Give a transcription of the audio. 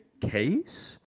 case